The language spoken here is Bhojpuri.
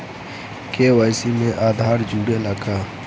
के.वाइ.सी में आधार जुड़े ला का?